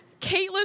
Caitlin